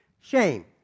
Shame